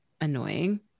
annoying